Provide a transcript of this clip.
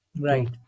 Right